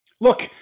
Look